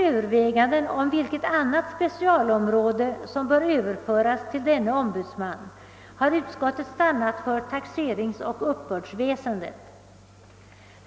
Med det anförda ber jag, herr talman, att få yrka bifall till utskottets hemställan. I propositionen föreslås att riksdagen